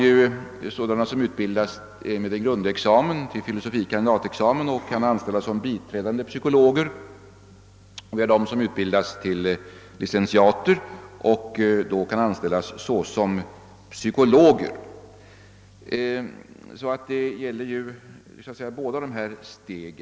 De som utbildas till grundexamen — filosofie kandidat-examen — kan anställas som biträdande psykologer, och de som utbildas till licentiater kan anställas som psykologer. Problemet gäller alltså båda dessa steg.